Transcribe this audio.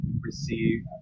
receive